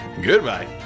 Goodbye